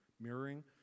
mirroring